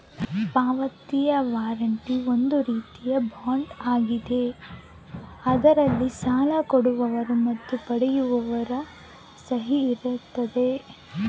ಪಾವತಿಯ ವಾರಂಟ್ ಒಂದು ರೀತಿಯ ಬಾಂಡ್ ಆಗಿದ್ದು ಅದರಲ್ಲಿ ಸಾಲ ಕೊಡುವವರ ಮತ್ತು ಪಡೆಯುವವರ ಸಹಿ ಇರುತ್ತದೆ